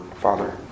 Father